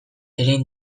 erein